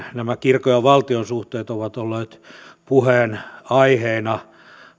nämä kirkon ja valtion suhteet ovat olleet puheenaiheina